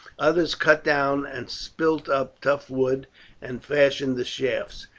others cut down and split up tough wood and fashioned the shafts,